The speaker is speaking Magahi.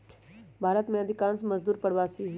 भारत में अधिकांश मजदूर प्रवासी हई